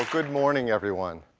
ah good morning everyone.